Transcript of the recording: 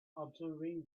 observing